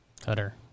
cutter